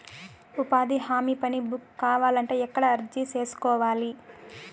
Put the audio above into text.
ఉపాధి హామీ పని బుక్ కావాలంటే ఎక్కడ అర్జీ సేసుకోవాలి?